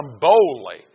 boldly